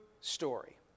story